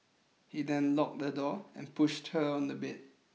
he then locked the door and pushed her on the bed